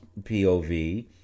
POV